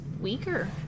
weaker